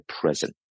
present